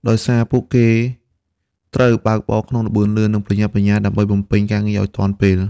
ដោយសារពួកគេត្រូវបើកបរក្នុងល្បឿនលឿន និងប្រញាប់ប្រញាល់ដើម្បីបំពេញការងារឱ្យទាន់ពេល។